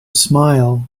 smile